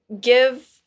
give